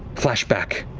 flash back,